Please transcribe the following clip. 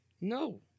No